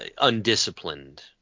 undisciplined